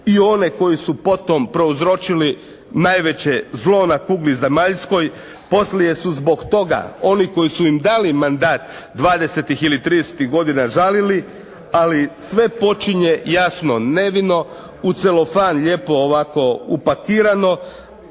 i one koji su potom prouzročili najveće zlo na kugli zemaljskoj. Poslije su zbog toga oni koji su im dali mandat 20-tih ili 30-tih godina žalili ali sve počinje jasno nevino u celofan lijepo ovako upakirano.